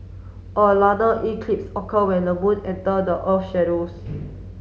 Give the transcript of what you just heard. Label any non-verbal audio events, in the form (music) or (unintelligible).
a (unintelligible) eclipse occur when the moon enter the earth shadows